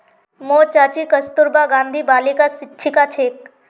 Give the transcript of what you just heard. मोर चाची कस्तूरबा गांधी बालिकात शिक्षिका छेक